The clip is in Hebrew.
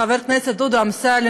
חבר הכנסת דודו אמסלם,